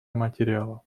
материала